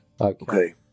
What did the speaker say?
Okay